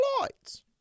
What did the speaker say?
lights